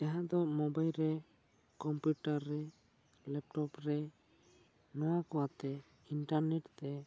ᱡᱟᱦᱟᱸ ᱫᱚ ᱢᱳᱵᱟᱭᱤᱞ ᱨᱮ ᱠᱚᱢᱯᱤᱭᱩᱴᱟᱨ ᱨᱮ ᱞᱮᱯᱴᱚᱯ ᱨᱮ ᱱᱚᱣᱟ ᱠᱚ ᱟᱛᱮ ᱤᱱᱴᱟᱨᱱᱮᱴ ᱛᱮ